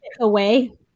away